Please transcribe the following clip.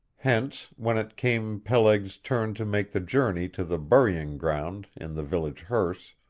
hence, when it came peleg's turn to make the journey to the burying-ground in the village hearse,